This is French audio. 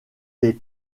des